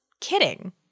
kidding